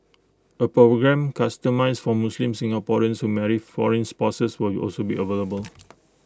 A programme customised for Muslim Singaporeans who marry foreign spouses will also be available